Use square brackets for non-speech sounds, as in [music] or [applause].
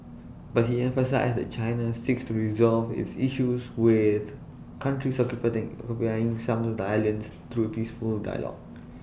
but he emphasised that China seeks to resolve its issues with countries [unintelligible] who buying some of the islands through peaceful dialogue